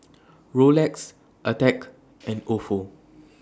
Rolex Attack and Ofo